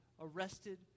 Arrested